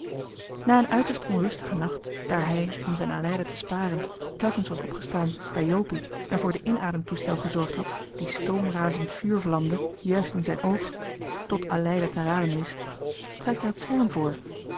na een uiterst onrustigen nacht daar hij om zijn aleida te sparen telkens opgestaan was bij jopie en voor den inademtoestel gezorgd had die stoomrazend vuurvlamde juist in zijn oog tot aleida te raden wist trek er het schema voor